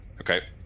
Okay